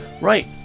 Right